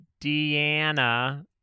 Deanna